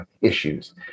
issues